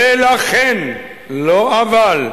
ולכן לא "אבל"